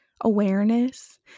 awareness